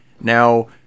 Now